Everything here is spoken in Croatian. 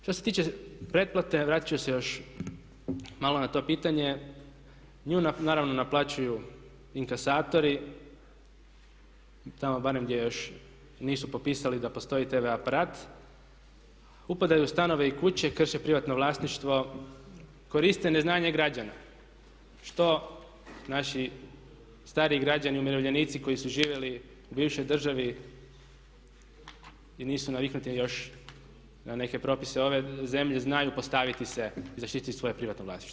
Što se tiče pretplate, vratit ću se još malo na to pitanje, nju naravno naplaćuju inkasatori tamo barem gdje još nisu popisali tv aparat, upadaju u stanove i kuće, krše privatno vlasništvo, koriste neznanje građana, što naši stariji građani, umirovljenici koji su živjeli u bivšoj državi i nisu naviknuti još na neke propise ove zemlje znaju postaviti se i zaštititi svoje privatno vlasništvo.